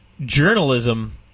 journalism